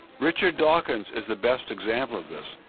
richard dawkins is the best example of this.